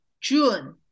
June